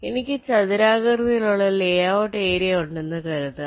എനിക്ക് ചതുരാകൃതിയിലുള്ള layout area ഉണ്ടെന്ന് കരുതുക